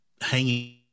hanging